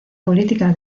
política